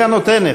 היא הנותנת,